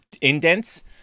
indents